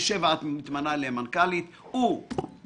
האם